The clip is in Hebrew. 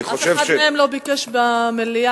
אף אחד מהם לא ביקש במליאה.